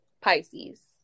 Pisces